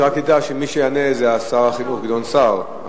רק תדע שמי שיענה זה שר החינוך גדעון סער,